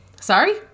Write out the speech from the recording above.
Sorry